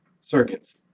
circuits